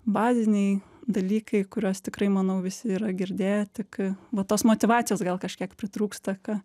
baziniai dalykai kuriuos tikrai manau visi yra girdėję tik va tos motyvacijos gal kažkiek pritrūksta ka